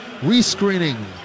rescreening